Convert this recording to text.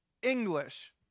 English